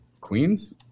Queens